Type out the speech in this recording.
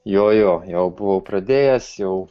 jojo jau buvau pradėjęs jau